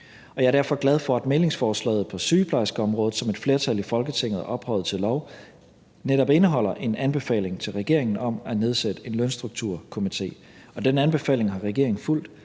Jeg er derfor glad for, at mæglingsforslaget på sygeplejerskeområdet, som et flertal i Folketinget har ophøjet til lov, netop indeholder en anbefaling til regeringen om at nedsætte en Lønstrukturkomité, og den anbefaling har regeringen fulgt,